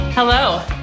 Hello